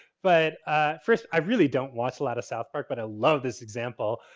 but first, i really don't watch a lot of south park, but i love this example.